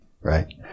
right